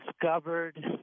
discovered